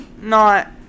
not-